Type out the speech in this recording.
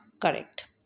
correct